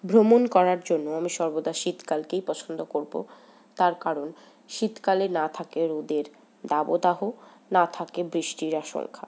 ভ্রমণ করার জন্য আমি সর্বদা শীতকালকেই পছন্দ করবো তার কারণ শীতকালে না থাকে রোদের দাবদাহ না থাকে বৃষ্টির আশঙ্কা